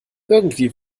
irgendwie